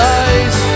eyes